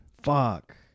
fuck